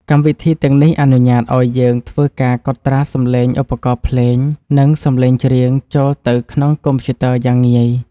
កម្មវិធីទាំងនេះអនុញ្ញាតឱ្យយើងធ្វើការកត់ត្រាសំឡេងឧបករណ៍ភ្លេង និង សំឡេងច្រៀងចូលទៅក្នុងកុំព្យូទ័រយ៉ាងងាយ។